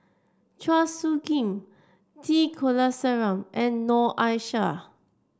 Chua Soo Khim T Kulasekaram and Noor Aishah